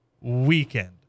weekend